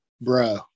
bro